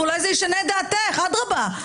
ואולי זה ישנה את דעתך, אדרבה.